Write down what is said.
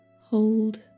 Hold